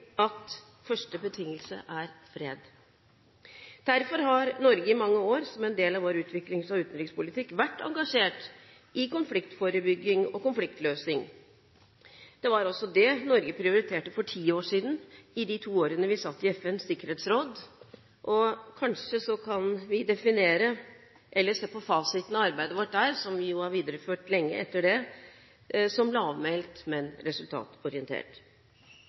at første betingelse er fred. Derfor har Norge i mange år som en del av vår utviklings- og utenrikspolitikk vært engasjert i konfliktforebygging og konfliktløsing. Det var også det Norge prioriterte for ti år siden, i de to årene vi satt i FNs sikkerhetsråd. Kanskje kan vi se på fasiten av arbeidet vårt der, som vi jo har videreført lenge etter det, som lavmælt, men resultatorientert.